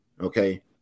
Okay